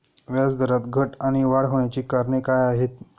व्याजदरात घट आणि वाढ होण्याची कारणे काय आहेत?